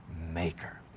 maker